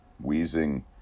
wheezing